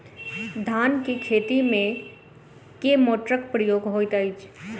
धान केँ खेती मे केँ मोटरक प्रयोग होइत अछि?